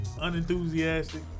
Unenthusiastic